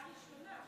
קריאה ראשונה.